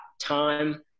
time